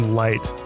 light